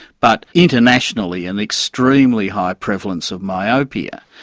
but internationally an extremely high prevalence of myopia,